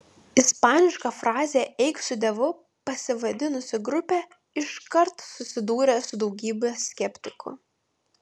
ispaniška fraze eik su dievu pasivadinusi grupė iškart susidūrė su daugybe skeptikų